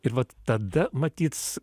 ir vat tada matyt